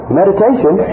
meditation